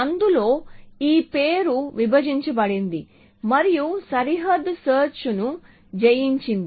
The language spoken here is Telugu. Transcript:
అందుకే ఈ పేరు విభజించబడింది మరియు సరిహద్దు సెర్చ్ ను జయించింది